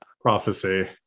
prophecy